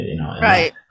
Right